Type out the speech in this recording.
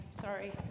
Sorry